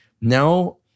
Now